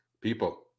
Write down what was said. People